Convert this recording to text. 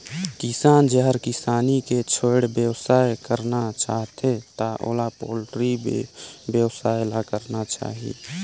किसान जेहर किसानी के छोयड़ बेवसाय करना चाहथे त ओला पोल्टी बेवसाय ल करना चाही